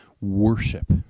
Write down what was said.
worship